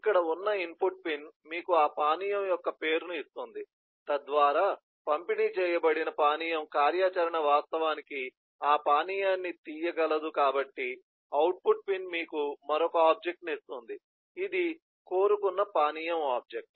ఇక్కడ ఉన్న input pin మీకు ఆ పానీయం యొక్క పేరును ఇస్తుంది తద్వారా పంపిణీ చేయబడిన పానీయం కార్యాచరణ వాస్తవానికి ఆ పానీయాన్ని తీయగలదు కాబట్టి అవుట్పుట్ పిన్ మీకు మరొక ఆబ్జెక్ట్ ను ఇస్తుంది ఇది కోరుకున్న పానీయం ఆబ్జెక్ట్